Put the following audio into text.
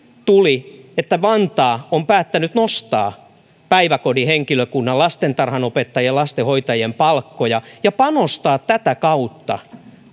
tuli että vantaa on päättänyt nostaa päiväkodin henkilökunnan lastentarhanopettajien ja lastenhoitajien palkkoja ja panostaa tätä kautta